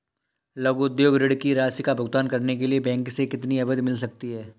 लघु उद्योग ऋण की राशि का भुगतान करने के लिए बैंक से कितनी अवधि मिल सकती है?